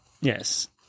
Yes